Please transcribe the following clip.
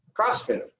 CrossFit